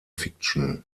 fiction